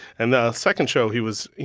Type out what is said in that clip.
and the second show he was, you